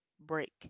break